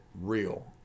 real